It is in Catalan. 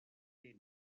sénia